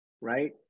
Right